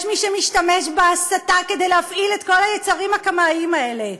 יש מי שמשתמש בהסתה כדי להפעיל את כל היצרים הקמאיים האלה,